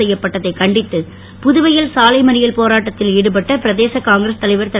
கெய்யப்பட்டதைக் கண்டித்து புதுவையில் சாலை மறியல் போராட்டத்தில் ஈடுபட்ட பிரதேச காங்கிரஸ் தலைவர் திரு